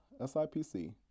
SIPC